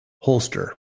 holster